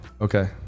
Okay